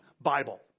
Bible